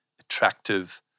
attractive